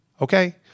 Okay